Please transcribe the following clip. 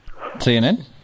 CNN